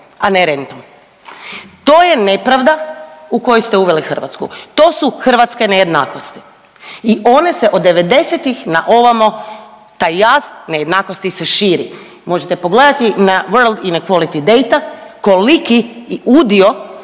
a ne rentom. To je nepravda u koju ste uveli Hrvatsku. To su hrvatske nejednakosti i one se od '90.-ih na ovamo taj jaz nejednakosti se širi. Možete pogledati na …/Govornica govori stranim